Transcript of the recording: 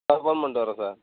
ஆ phone பண்ணிவிட்டு வரோம் sir